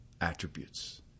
attributes